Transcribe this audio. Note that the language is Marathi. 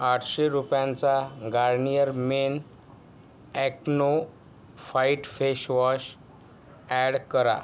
आठशे रुपयांचा Garnier men acno fight face wash add करा